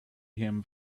him